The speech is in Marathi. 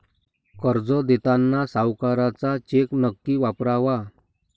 कर्ज देताना सावकाराचा चेक नक्की वापरावा